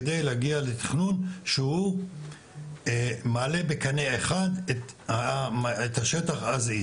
כדי להגיע לתכנון שהוא מעלה בקנה אחד את השטח כמו שהוא?